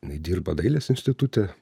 jinai dirba dailės institute